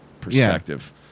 perspective